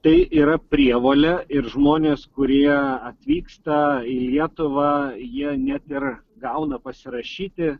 tai yra prievolė ir žmonės kurie atvyksta į lietuvą jie net ir gauna pasirašyti